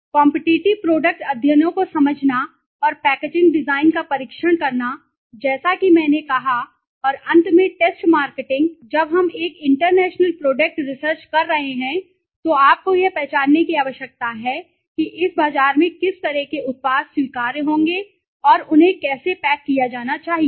competitive product अध्ययनों को समझना और पैकेजिंग डिजाइन का परीक्षण करना जैसा कि मैंने कहा और अंत में टेस्ट मार्केटिंग तो जब हम एक इंटरनेशनल प्रोडक्ट रिसर्चकर रहे हैं तो आपको यह पहचानने की आवश्यकता है कि इस बाजार में किस तरह के उत्पाद स्वीकार्य होंगे और उन्हें कैसे पैक किया जाना चाहिए